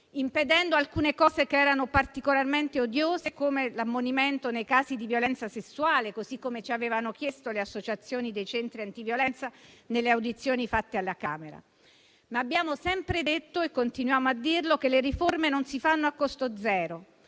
impedendo alcune cose che erano particolarmente odiose, come l'ammonimento nei casi di violenza sessuale, così come ci avevano chiesto le associazioni dei centri antiviolenza nelle audizioni svolte alla Camera. Abbiamo sempre detto, però, e continuiamo a dirlo, che le riforme non si fanno a costo zero,